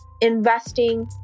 investing